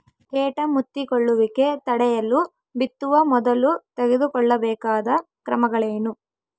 ಕೇಟ ಮುತ್ತಿಕೊಳ್ಳುವಿಕೆ ತಡೆಯಲು ಬಿತ್ತುವ ಮೊದಲು ತೆಗೆದುಕೊಳ್ಳಬೇಕಾದ ಕ್ರಮಗಳೇನು?